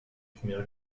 premières